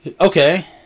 Okay